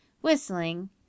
whistling